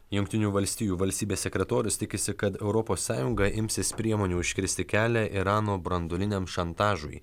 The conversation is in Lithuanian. jungtinių valstijų valstybės sekretorius tikisi kad europos sąjunga imsis priemonių užkirsti kelią irano branduoliniam šantažui